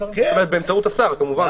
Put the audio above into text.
באמצעות השר כמובן,